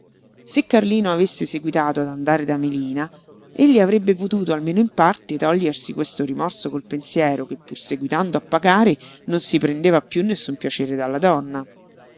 se carlino avesse seguitato ad andare da melina egli avrebbe potuto almeno in parte togliersi questo rimorso col pensiero che pur seguitando a pagare non si prendeva piú nessun piacere dalla donna